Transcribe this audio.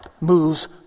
moves